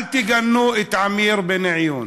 אל תגנו את עמיר בניון,